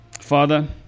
Father